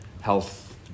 health